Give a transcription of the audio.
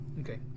Okay